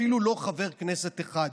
אפילו לא חבר כנסת אחד.